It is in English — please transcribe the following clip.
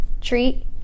treat